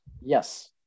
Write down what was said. Yes